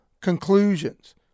conclusions